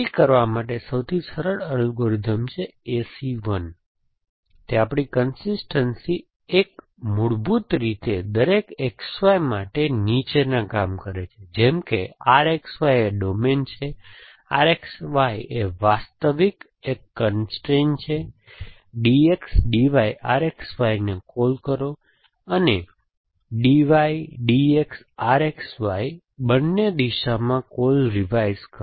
તે કરવા માટે સૌથી સરળ અલ્ગોરિધમ છે AC 1 તે આપણી કન્સિસ્ટનસી 1 મૂળભૂત રીતે દરેક XY માટે નીચેના કામ કરે છે જેમ કે RXY એ ડોમેન છે RXY છે વાસ્તવિક એક કન્સ્ટ્રેઇન છે DXDY RXY ને કૉલ કરો અને DYDXRX Y બંને દિશામાં કૉલ રિવાઇઝ કરો